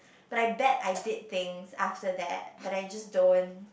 but I bet I did things after that but I just don't